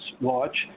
watch